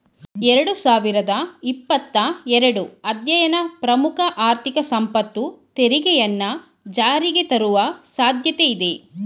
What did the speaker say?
ಎರಡು ಸಾವಿರದ ಇಪ್ಪತ್ತ ಎರಡು ಅಧ್ಯಯನ ಪ್ರಮುಖ ಆರ್ಥಿಕ ಸಂಪತ್ತು ತೆರಿಗೆಯನ್ನ ಜಾರಿಗೆತರುವ ಸಾಧ್ಯತೆ ಇದೆ